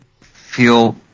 feel